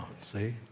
see